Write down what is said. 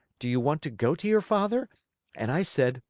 do you want to go to your father and i said,